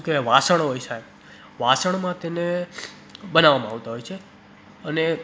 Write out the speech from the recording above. કે વાસણો હોય છે વાસણમાં તેને બનાવવામાં આવતા હોય છે અને